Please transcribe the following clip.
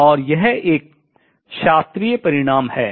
और यह एक शास्त्रीय परिणाम है